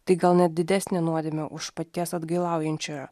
tai gal net didesnė nuodėmė už paties atgailaujančiojo